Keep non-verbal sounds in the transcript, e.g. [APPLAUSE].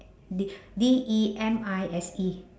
D [BREATH] D E M I S E